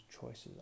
choices